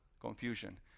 confusion